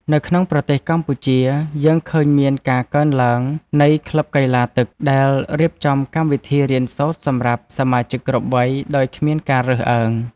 នៅក្នុងប្រទេសកម្ពុជា យើងឃើញមានការកើនឡើងនៃក្លឹបកីឡាទឹក ដែលរៀបចំកម្មវិធីរៀនសូត្រសម្រាប់សមាជិកគ្រប់វ័យដោយគ្មានការរើសអើង។